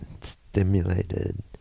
stimulated